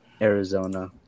Arizona